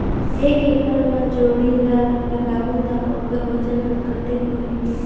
एक एकड़ मा जोणी ला लगाबो ता ओकर वजन हर कते होही?